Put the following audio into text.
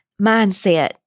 mindset